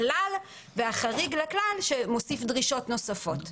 הכלל והחריג לכלל שמוסיף דרישות נוספות.